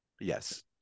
Yes